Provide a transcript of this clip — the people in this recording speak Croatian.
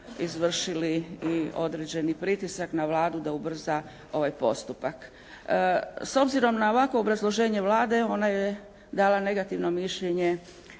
izvršili i određeni pritisak na Vladu da ubrza ovaj postupak. S obzirom na ovakvo obrazloženje Vlade ona je dala negativno mišljenje